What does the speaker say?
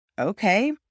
okay